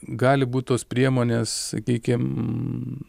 gali būt tos priemonės sakykim